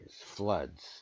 floods